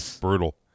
brutal